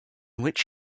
which